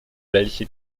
welche